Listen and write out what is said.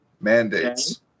mandates